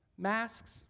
Masks